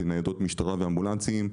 ניידות משטרה ואמבולנסים: